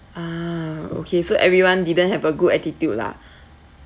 ah okay so everyone didn't have a good attitude lah